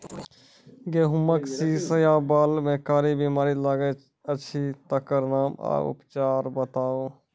गेहूँमक शीश या बाल म कारी बीमारी लागतै अछि तकर नाम आ उपचार बताउ?